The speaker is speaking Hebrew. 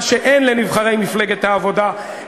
מה שאין לנבחרי מפלגת העבודה,